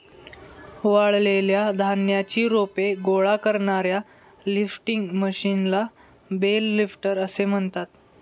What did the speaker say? वाळलेल्या धान्याची रोपे गोळा करणाऱ्या लिफ्टिंग मशीनला बेल लिफ्टर असे म्हणतात